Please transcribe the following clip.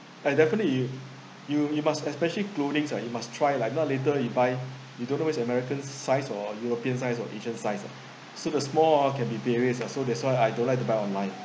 Iike definitely you you you must especially clothings ah you must try lah if not later you buy you don't know it's american size or european size or asian size oh so the small ah can be various uh so that's why I don't like to buy online